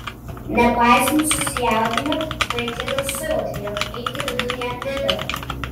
nepaisant susijaudinimo vaikinas suvokė jog eiti vidun jam nedera